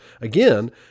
again